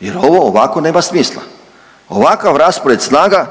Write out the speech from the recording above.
jer ovo ovako nema smisla. Ovakav raspored snaga